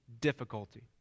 difficulty